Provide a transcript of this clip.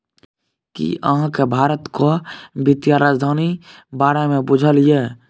कि अहाँ केँ भारतक बित्तीय राजधानी बारे मे बुझल यै?